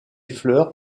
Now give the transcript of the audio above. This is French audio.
fleurs